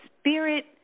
spirit